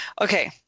okay